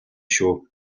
шүү